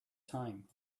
time